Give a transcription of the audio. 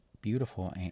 beautiful